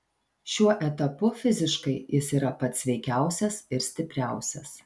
šiuo etapu fiziškai jis yra pats sveikiausias ir stipriausias